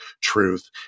truth